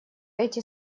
эти